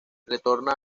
retorna